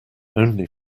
only